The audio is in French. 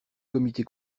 comité